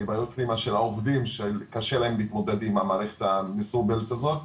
בעיות פנימה של העובדים שקשה להם להתמודד עם המערכת המסורבלת הזאת,